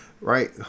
right